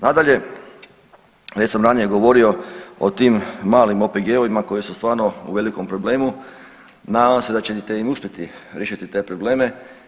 Nadalje, već sam ranije govorio o tim malim OPG-ovima koji su stvarno u velikom problemu, nadam se da ćete im uspjeti riješiti te probleme.